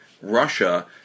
Russia